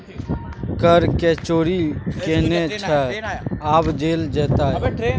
करक चोरि केने छलय आब जेल जेताह